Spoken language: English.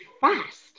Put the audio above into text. fast